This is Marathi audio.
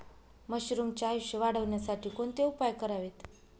मशरुमचे आयुष्य वाढवण्यासाठी कोणते उपाय करावेत?